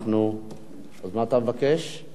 מה אתה מבקש?